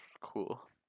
cool